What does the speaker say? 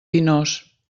pinós